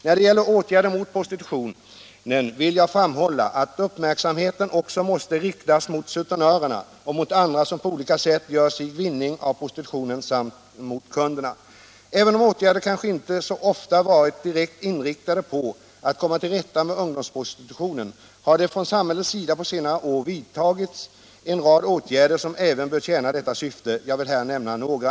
När det gäller åtgärder mot prostitutionen vill jag framhålla att uppmärksamheten också måste riktas mot sutenörerna och mot andra som på olika sätt gör sig vinning av prostitutionen samt mot kunderna. Även om åtgärder kanske inte så ofta har varit direkt inriktade på att komma till rätta med ungdomsprostitutionen har det från samhällets sida på senare år dock vidtagits en rad åtgärder som också bör tjäna detta syfte. Jag vill här nämna några.